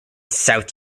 south